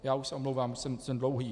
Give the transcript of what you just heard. Já už se omlouvám, jsem dlouhý.